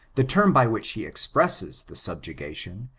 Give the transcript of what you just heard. the term by which he expresses the subjection,